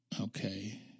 Okay